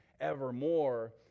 evermore